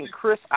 Chris